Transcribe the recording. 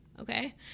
okay